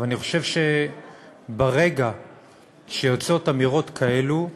אבל אני חושב שברגע שיוצאות אמירות כאלו,